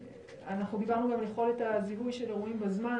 דיברנו על יכולת הזיהוי של אירועים בזמן.